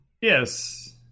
Yes